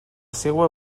seua